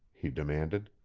he demanded.